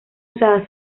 usadas